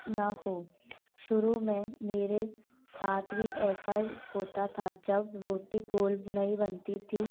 ना हो शुरू में मेरे साथ भी ऐसा ही होता था जब रोटी गोल नहीं बनती थी